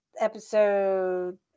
episode